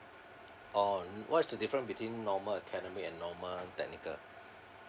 oh what's the difference between normal academic and normal technical